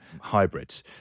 hybrids